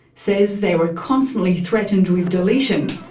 says they were constantly threatened with deletion.